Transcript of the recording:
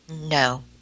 no